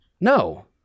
no